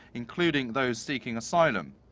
including those seeking asylum.